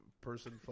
person